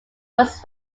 was